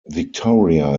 victoria